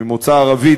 ממוצא ערבי,